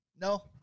No